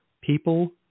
people